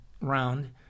round